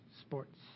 sports